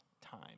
time